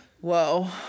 Whoa